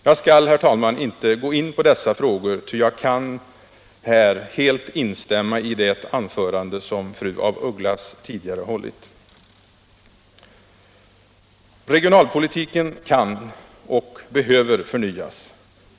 Jag skall, herr talman, inte gå in på dessa frågor, utan jag kan helt instämma i det anförande som fru af Ugglas tidigare hållit. Regionalpolitiken kan och behöver förnyas!